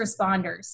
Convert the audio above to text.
responders